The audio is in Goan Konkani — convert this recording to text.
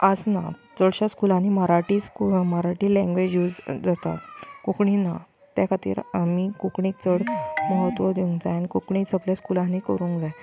आसना चडश्या स्कुलांनी मराठी मराठी लेंगवेज यूज जाता कोंकणी ना तें खातीर आमी कोंकणीक चड म्हत्व दिवंक जाय आनी कोंकणी सगल्या स्कुलांनी करूंक जाय